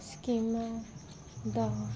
ਸਕੀਮਾਂ ਦਾ